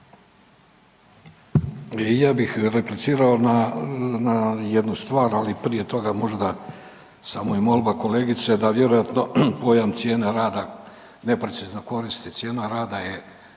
Ja bih replicirao na jednu stvar, ali prije toga možda samo i molba kolegice da vjerojatno pojam cijena rada neprecizno koristi. Cijena rada je,